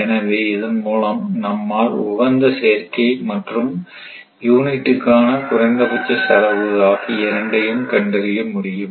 எனவே இதன் மூலம் நம்மால் உகந்த சேர்க்கை மற்றும் யூனிட்டுக்கான குறைந்தபட்ச செலவு ஆகிய இரண்டையும் கண்டறிய முடியும்